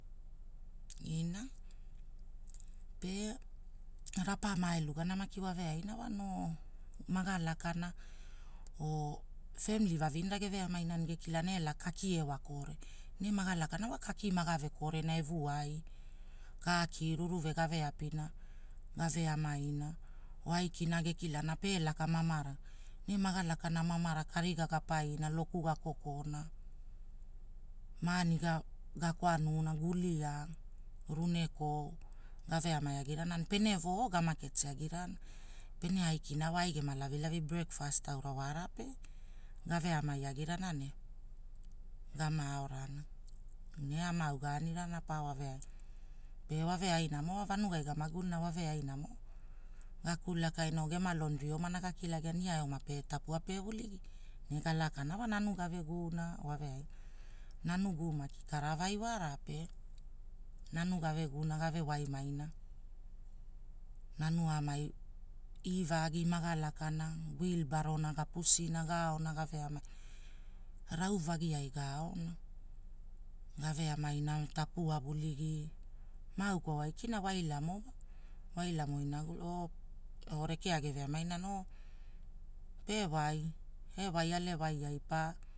Ina, pe rapa mae luaana maki waveaina mo, maga lakana wo femili vainera eveamina ne gekilana, elaka kaki ewa kori. Ne maga lakana kaka magave korena wa evuai, kaki ruruve gave gapina gave amaina oo aikina maga kilana, pe laka mamara ne maga lakana kari ga ga paina loku maga kokona, maani gakwamuna, guliaa, runekou gave amai agirana. Pene voo gamaketi. agirana pene aikina wa ai ama lavilavi gama brekfaast aura wara pe, gave amai agirana ne gama aorana. Ne gama gau ganirana pa wave aina. Pe wave aimo wa vanagai gamagulina wave ainamo. Gaku lakaina oo gema lontri omana gakilagiana, ia eoma tapua pe guligi ne galakana wa nanu gave guuna wane aina. Nanu guu maki karawai wara pe, nanu gave guura gave waimaina. iva maga lakana wilbarona gapusina gaona gaveamaina, rauvagi ai gaona, geve amaina tapua guligi, maa au kwaua aikina, walinamo wa wailamo, rekea geveamaina noo ewai, ewai alewai ai pe